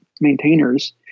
maintainers